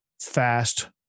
fast